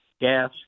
gas